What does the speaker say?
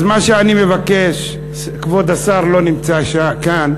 אז מה שאני מבקש, כבוד השר לא נמצא כאן,